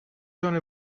sono